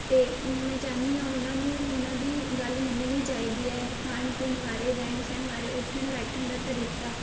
ਅਤੇ ਮੈਂ ਚਾਹੁੰਦੀ ਹਾਂ ਉਹਨਾਂ ਨੂੰ ਉਹਨਾਂ ਦੀ ਗੱਲ ਮੰਨਣੀ ਚਾਹੀਦੀ ਹੈ ਖਾਣ ਪੀਣ ਬਾਰੇ ਰਹਿਣ ਸਹਿਣ ਬਾਰੇ ਉੱਠਣ ਬੈਠਣ ਦਾ ਤਰੀਕਾ